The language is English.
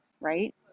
right